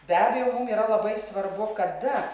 be abejo mum yra labai svarbu kada